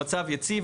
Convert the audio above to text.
המצב יציב,